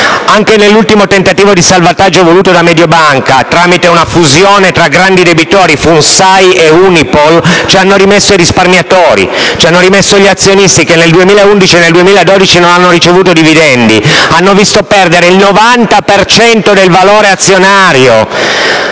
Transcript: Anche nell'ultimo tentativo di salvataggio voluto da Mediobanca, tramite una fusione tra grandi debitori (FONSAI e UNIPOL), ci hanno rimesso i risparmiatori, gli azionisti che nel 2011 e nel 2012 non hanno ricevuto dividendi e hanno perso il 90 per cento